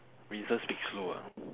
Winston speak slow ah